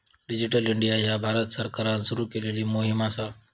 digital India ह्या भारत सरकारान सुरू केलेली मोहीम असा